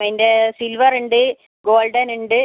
അതിന്റെ സിൽവർ ഉണ്ട് ഗോൾഡൻ ഉണ്ട്